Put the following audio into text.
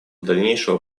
дальнейшего